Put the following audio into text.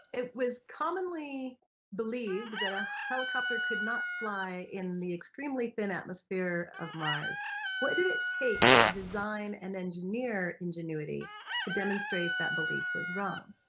it was commonly believed ah helicopter could not fly in the extremely thin atmosphere of mars what did it take to design and engineer ingenuity to demonstrate that belief was wrong?